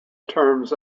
terms